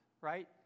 right